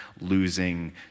losing